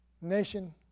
nation